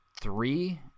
three